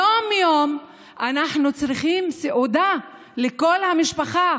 יום-יום אנחנו צריכים סעודה לכל המשפחה,